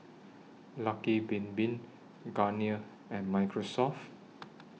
Lucky Bin Bin Garnier and Microsoft